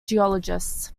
geologists